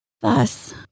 Thus